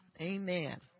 Amen